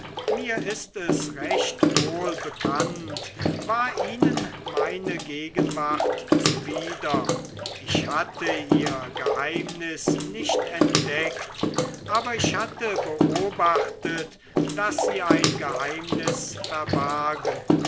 mir ist es recht wohl bekannt war ihnen meine gegenwart zuwider ich hatte ihr geheimnis nicht entdeckt aber ich hatte beobachtet daß sie ein geheimnis